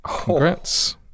congrats